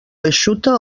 eixuta